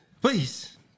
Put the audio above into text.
please